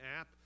app